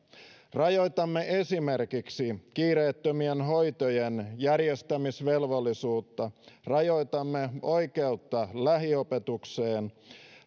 rajoitamme esimerkiksi kiireettömien hoitojen järjestämisvelvollisuutta rajoitamme oikeutta lähiopetukseen